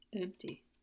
empty